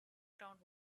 ground